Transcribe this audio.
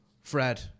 Fred